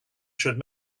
should